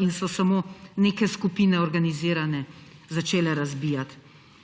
in so samo neke skupine organizirane začele razbijati.